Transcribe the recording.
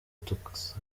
tukaza